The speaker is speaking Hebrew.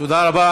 תודה רבה.